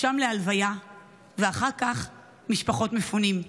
משם להלוויה ואחר כך למשפחות מפונים.